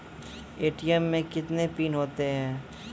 ATM मे कितने pin होता हैं?